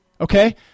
Okay